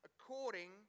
according